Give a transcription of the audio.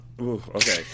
Okay